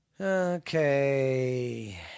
Okay